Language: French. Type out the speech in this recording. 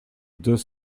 deux